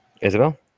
Isabel